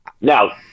Now